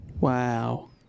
Wow